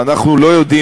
ואנחנו לא יודעים,